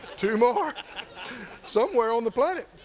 two more somewhere on the planet.